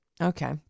Okay